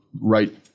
right